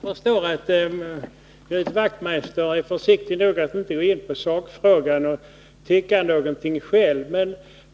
Herr talman! Jag förstår att Knut Wachtmeister är försiktig nog att inte gå in på sakfrågan och tycka någonting själv.